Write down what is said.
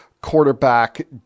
quarterback